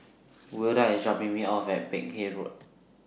Wilda IS dropping Me off At Peck Hay Road